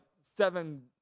seven